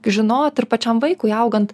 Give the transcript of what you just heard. žinot ir pačiam vaikui augant